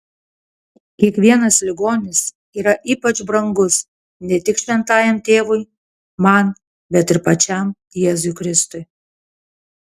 kiekvienas ligonis yra ypač brangus ne tik šventajam tėvui man bet ir pačiam jėzui kristui